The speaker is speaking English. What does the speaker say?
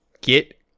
get